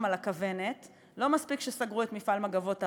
הכוונת: לא מספיק שסגרו את מפעל "מגבות ערד",